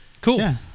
Cool